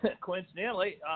coincidentally